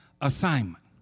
assignment